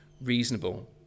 reasonable